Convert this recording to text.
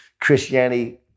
Christianity